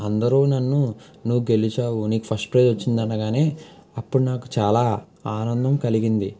అందరూ నన్ను నువ్వు గెలిచావు నీకు ఫస్ట్ ప్రైజ్ వచ్చింది అనగానే అప్పుడు నాకు చాలా ఆనందం కలిగింది